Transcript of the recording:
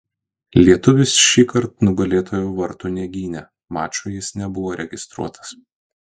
lietuvis šįkart nugalėtojų vartų negynė mačui jis nebuvo registruotas